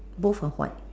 both are white